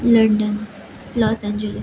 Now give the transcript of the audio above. London Los Angeles